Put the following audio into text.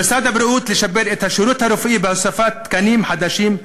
על משרד הבריאות לשפר את השירות הרפואי על-ידי הוספת תקנים חדשים,